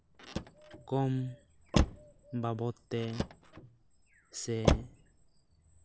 ᱠᱚᱢ ᱵᱟᱵᱚᱛ ᱛᱮ ᱥᱮ